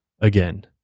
again